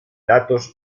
datos